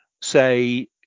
say